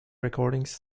recordings